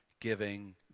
giving